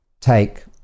take